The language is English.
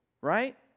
right